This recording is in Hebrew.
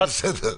זה בסדר.